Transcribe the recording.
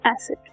acid